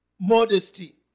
modesty